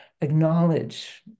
acknowledge